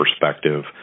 perspective